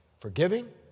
Forgiving